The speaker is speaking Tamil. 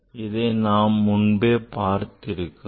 இதை நாம் முன்பே பார்த்திருக்கிறோம்